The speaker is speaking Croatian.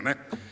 Ne?